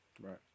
Right